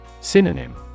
Synonym